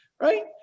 right